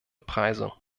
preise